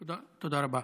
תודה רבה.